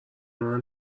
منو